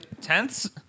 Tenths